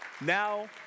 Now